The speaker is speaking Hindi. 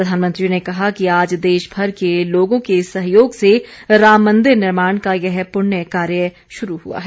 प्रधानमंत्री ने कहा कि आज देशभर के लोगों के सहयोग से राम मन्दिर निर्माण का यह पुण्य कार्य शुरू हुआ है